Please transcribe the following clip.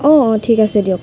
অঁ অঁ ঠিক আছে দিয়ক